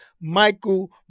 Michael